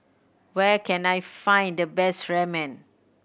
where can I find the best Ramen